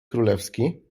królewski